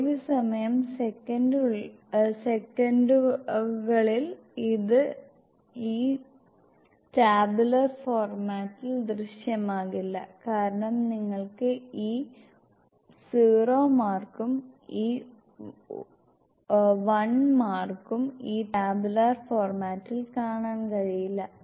ജോലി സമയം സെക്കന്ഡുകളിൽ ഇത് ഈ ടാബുലാർ ഫോർമാറ്റിൽ ദൃശ്യമാകില്ല കാരണം നിങ്ങൾക്ക് ഈ 0 മാർക്കും ഈ 1 മാർക്കും ഈ ടാബുലാർ ഫോർമാറ്റിൽ കാണാൻ കഴിയില്ല